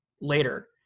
later